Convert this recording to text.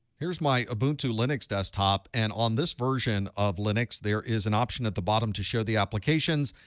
here's my ubuntu linux desktop, and on this version of linux there is an option at the bottom to show the applications.